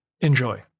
Enjoy